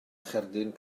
cherdyn